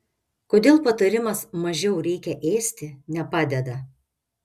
kodėl patarimas mažiau reikia ėsti nepadeda